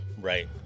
right